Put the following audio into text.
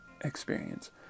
experience